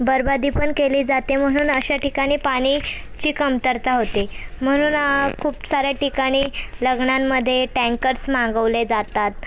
बरबादी पण केली जाते म्हणून अशा ठिकाणी पाणीची कमतरता होते म्हणून खूप साऱ्या ठिकाणी लग्नांमध्ये टँकर्स मागवले जातात